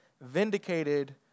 vindicated